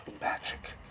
magic